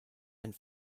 and